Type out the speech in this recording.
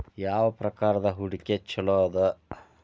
ಯಾವ ಪ್ರಕಾರದ ಹೂಡಿಕೆ ಚೊಲೋ ಅದ